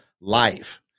life